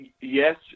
yes